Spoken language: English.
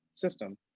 system